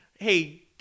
Hey